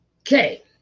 okay